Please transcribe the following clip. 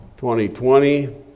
2020